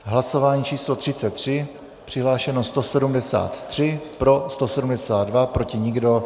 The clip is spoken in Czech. Hlasování číslo 33. Přihlášeno 173, pro 172, proti nikdo.